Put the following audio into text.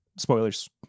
Spoilers